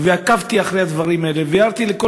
עקבתי אחרי הדברים האלה והערתי לכל